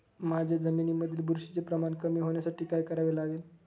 माझ्या जमिनीमधील बुरशीचे प्रमाण कमी होण्यासाठी काय करावे लागेल?